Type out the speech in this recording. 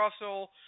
Russell